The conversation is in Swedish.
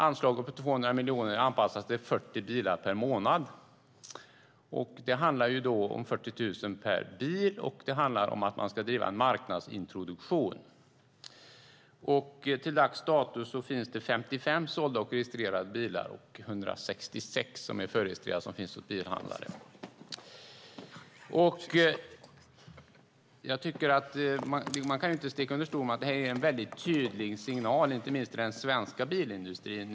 Anslaget på 200 miljoner är anpassat till 40 bilar per månad. Det handlar då om 40 000 per bil och om att man ska driva en marknadsintroduktion. Till dags dato finns det 55 sålda och registrerade bilar och 166 förregistrerade hos bilhandlare. Man kan inte sticka under stol med att det här är en väldigt tydlig signal, inte minst till den svenska bilindustrin.